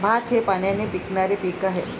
भात हे पाण्याने पिकणारे पीक आहे